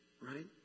right